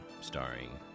starring